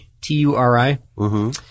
T-U-R-I